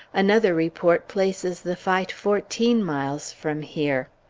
another report places the fight fourteen miles from here.